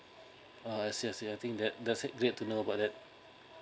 uh I see I see I think that does a great to know about it